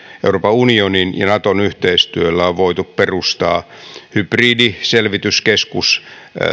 euroopan unionin ja naton yhteistyöllä on voitu perustaa hybridiselvityskeskus